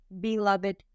beloved